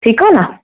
ठीकु आहे न